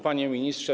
Panie Ministrze!